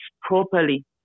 properly